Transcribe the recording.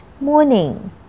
morning